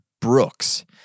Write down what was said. Brooks